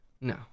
No